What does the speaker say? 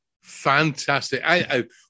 Fantastic